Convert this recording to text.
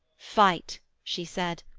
fight she said,